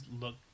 look